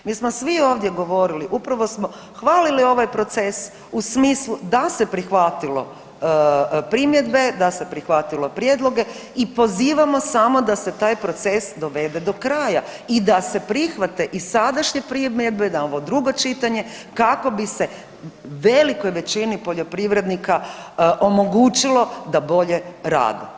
Mi smo svi ovdje govorili upravo smo hvalili ovaj proces u smislu da se prihvatilo primjedbe, da se prihvatilo prijedloge i pozivamo samo da se taj proces dovede do kraja i da se prihvate i sadašnje primjedbe na ovo drugo čitanje kako bi se velikoj većini poljoprivrednika omogućilo da bolje radi.